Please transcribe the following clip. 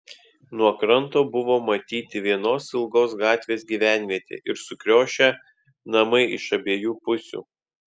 nuo kranto buvo matyti vienos ilgos gatvės gyvenvietė ir sukriošę namai iš abiejų pusių